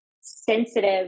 sensitive